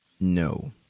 No